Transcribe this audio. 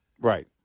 Right